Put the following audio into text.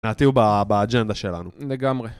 לדעתי הוא ב.. באג'נדה שלנו. לגמרי.